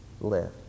live